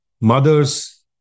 mother's